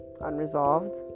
unresolved